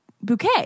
bouquet